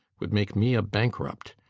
would make me a bankrupt.